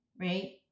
right